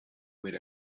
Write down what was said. with